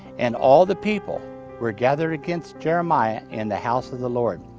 and all the people were gathered against jeremiah in the house of the lord.